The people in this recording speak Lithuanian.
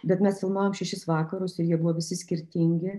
bet mes filmavom šešis vakarus ir jie buvo visi skirtingi